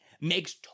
makes